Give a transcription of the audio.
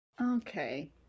Okay